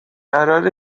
قراره